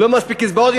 ויש לו שפע בבית,